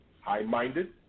high-minded